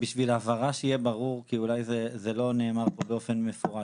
בשביל הבהרה שיהיה ברור כי אולי זה לא נאמר פה באופן מפורש.